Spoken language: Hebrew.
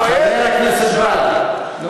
אתה